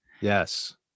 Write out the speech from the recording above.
Yes